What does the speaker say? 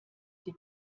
die